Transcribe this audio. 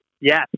Yes